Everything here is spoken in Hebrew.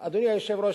אדוני היושב-ראש,